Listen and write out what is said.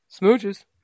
Smooches